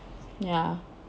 ya